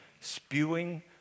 spewing